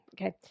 Okay